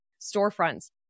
storefronts